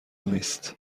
نیست